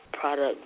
product